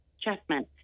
Chapman